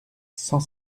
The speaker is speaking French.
cent